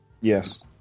yes